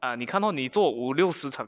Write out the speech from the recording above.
ah 你看到 lor 你做五六十场